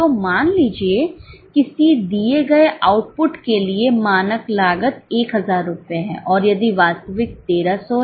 तो मान लीजिए किसी दिए गए आउटपुट के लिए मानक लागत 1000 रुपये है और यदि वास्तविक 1300 है